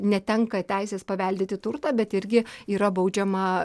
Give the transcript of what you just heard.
netenka teisės paveldėti turtą bet irgi yra baudžiama